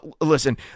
listen